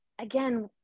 again